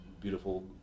beautiful